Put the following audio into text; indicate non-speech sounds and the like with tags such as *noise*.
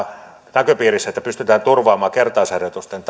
näköpiirissä että pystytään turvaamaan kertausharjoitusten *unintelligible*